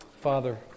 Father